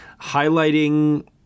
highlighting